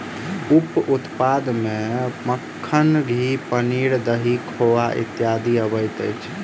उप उत्पाद मे मक्खन, घी, पनीर, दही, खोआ इत्यादि अबैत अछि